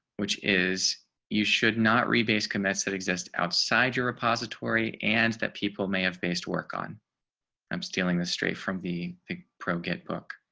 which is you should not replace commits that exists outside your repository, and that people may have based work on i'm stealing the straight from the the pro get book.